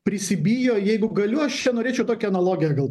prisibijo jeigu galiu aš čia norėčiau tokią analogiją gal